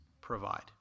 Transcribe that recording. provide